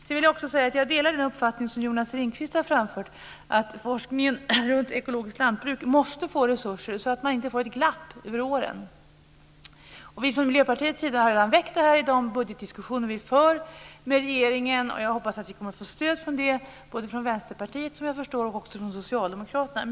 Jag vill också säga att jag delar den uppfattning som Jonas Ringqvist har framfört, att forskningen om ekologiskt lantbruk måste få resurser så att det inte blir ett glapp över åren. Vi har från Miljöpartiets sida redan väckt frågan i de budgetdiskussioner som vi för med regeringen, och jag hoppas att vi kommer att få stöd både från Vänsterpartiet och från Socialdemokraterna.